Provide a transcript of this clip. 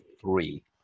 three